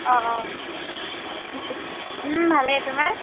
অঁ অঁ ভালেই তোমাৰ